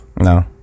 No